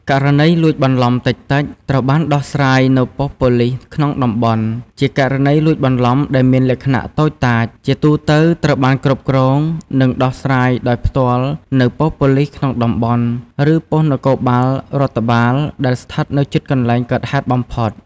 ករណីលួចបន្លំតិចៗ ត្រូវបានដោះស្រាយនៅប៉ុស្តិ៍ប៉ូលិសក្នុងតំបន់ ជាករណីលួចបន្លំដែលមានលក្ខណៈតូចតាច ជាទូទៅត្រូវបានគ្រប់គ្រង និងដោះស្រាយដោយផ្ទាល់នៅប៉ុស្តិ៍ប៉ូលិសក្នុងតំបន់ ឬប៉ុស្តិ៍នគរបាលរដ្ឋបាលដែលស្ថិតនៅជិតកន្លែងកើតហេតុបំផុត។